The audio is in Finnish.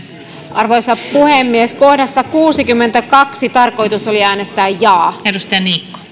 arvoisa puhemies kohdassa kuusikymmentäkaksi tarkoitus oli äänestää jaa